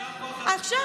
עכשיו,